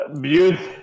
Beauty